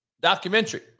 documentary